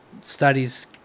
studies